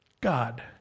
God